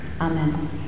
Amen